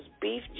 beef